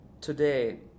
today